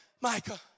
Micah